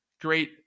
great